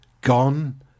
Gone